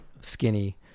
skinny